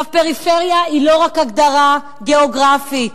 פריפריה היא לא רק הגדרה גיאוגרפית.